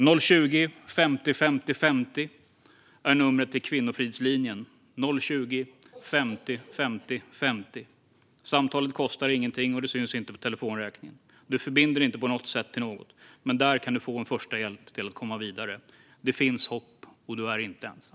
Numret till Kvinnofridslinjen är 020-50 50 50. Samtalet kostar ingenting och syns inte på telefonräkningen. Du förbinder dig inte på något sätt till något, men där kan du få en första hjälp att komma vidare. Det finns hopp, och du är inte ensam.